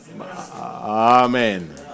Amen